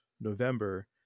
November